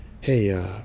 hey